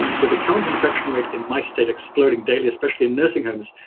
with a current infection rate in my state exploding daily, especially in nursing homes,